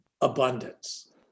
abundance